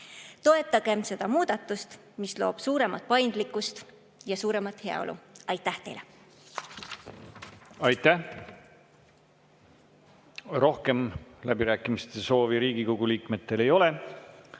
Toetagem seda muudatust, mis loob suuremat paindlikkust ja suuremat heaolu. Aitäh teile! Rohkem läbirääkimiste soovi Riigikogu liikmetel ei ole.